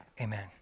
amen